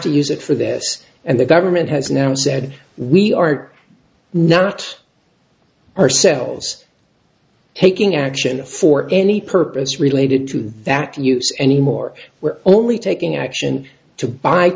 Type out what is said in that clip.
to use it for this and the government has now said we are not ourselves taking action for any purpose related to that use anymore we're only taking action to b